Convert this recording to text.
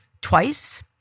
twice